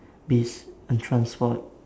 peace and transport